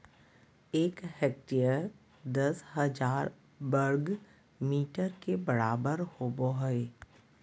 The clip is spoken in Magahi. एक हेक्टेयर दस हजार वर्ग मीटर के बराबर होबो हइ